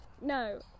No